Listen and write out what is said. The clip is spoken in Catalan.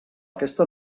aquesta